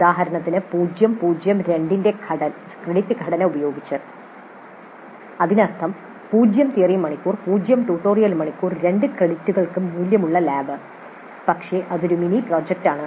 ഉദാഹരണത്തിന് 002 ന്റെ ക്രെഡിറ്റ് ഘടന ഉപയോഗിച്ച് അതിനർത്ഥം 0 തിയറി മണിക്കൂർ 0 ട്യൂട്ടോറിയൽ മണിക്കൂർ 2 ക്രെഡിറ്റുകൾക്ക് മൂല്യമുള്ള ലാബ് പക്ഷേ അതൊരു മിനി പ്രോജക്റ്റ് ആണ്